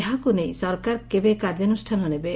ଏହାକୁ ନେଇ ସରକାର କେବେ କାର୍ଯ୍ୟାନୁଷ୍ଠାନ ନେବେ